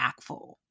impactful